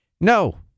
No